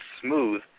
smooth